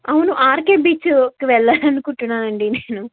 అవును ఆర్కే బీచ్కి వెళ్ళాలని అనుకుంటున్నానండి నేను